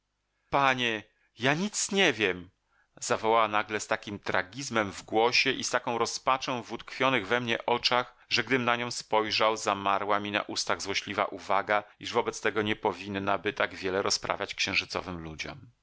panie ja nic nie wiem zawołała nagle z takim tragizmem w głosie i z taką rozpaczą w utkwionych we mnie oczach że gdym na nią spojrzał zamarła mi na ustach złośliwa uwaga iż wobec tego nie powinnaby tak wiele rozprawiać księżycowym ludziom